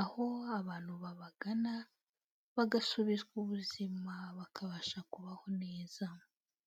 Aho abantu babagana bagasubizwa ubuzima, bakabasha kubaho neza.